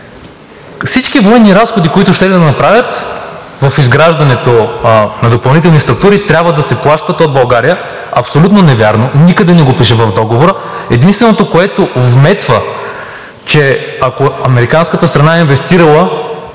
всички военни разходи, които щели да направят за изграждането на допълнителни структури, трябва да се плащат от България. Абсолютно невярно е, никъде не го пише в договора. Единственото, което се вметва – че ако американската страна е инвестирала,